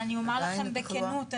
אני אומר לכם בכנות,